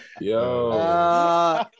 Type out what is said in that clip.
yo